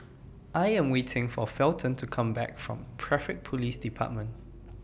I Am waiting For Felton to Come Back from Traffic Police department